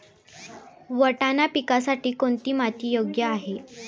वाटाणा पिकासाठी कोणती माती योग्य आहे?